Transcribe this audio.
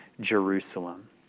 Jerusalem